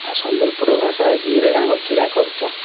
ଆଉ ସମ୍ବଲପୁର ଭାଷା ହେଉଛି ଇରୋ କିରା କରୁଛ